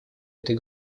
этой